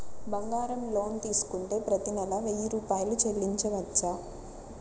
బంగారం లోన్ తీసుకుంటే ప్రతి నెల వెయ్యి రూపాయలు చెల్లించవచ్చా?